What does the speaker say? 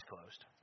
closed